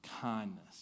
kindness